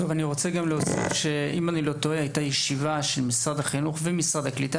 אני רוצה להוסיף שאם איני טועה הייתה ישיבה של משרדי החינוך והקליטה